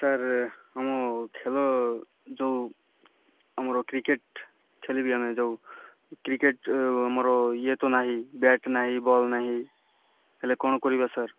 sir ଆମ ଖେଳ ଯେଉଁ ଆମର କ୍ରିକେଟ୍ ଖେଳିବି ଆମେ ଯେଉଁ କ୍ରିକେଟ୍ ଆମର ଇଏ ତ ନାହିଁ ବ୍ୟାଟ୍ ନାହିଁ ବଲ୍ ନାହିଁ ହେଲେ କ'ଣ କରିବା ସାର୍